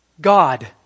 God